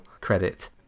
credit